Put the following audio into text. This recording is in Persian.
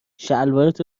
شلوارت